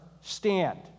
stand